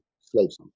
slaves